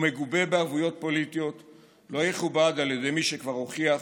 ומגובה בערבויות פוליטיות לא יכובד על ידי מי שכבר הוכיח